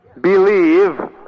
Believe